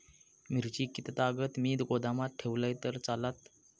मिरची कीततागत मी गोदामात ठेवलंय तर चालात?